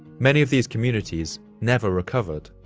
many of these communities never recovered,